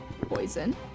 poison